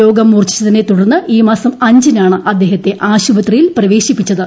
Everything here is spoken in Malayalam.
രോഗം മൂർച്ഛിച്ചതിനെ തുടർന്ന് ഈ മാസം അഞ്ചിനാണ് അദ്ദേഹത്തെ ആശുപത്രിയിൽ പ്രവേശിപ്പിച്ചത്